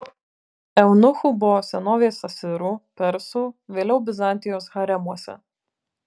eunuchų buvo senovės asirų persų vėliau bizantijos haremuose